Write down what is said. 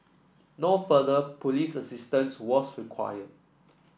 no further police assistance was required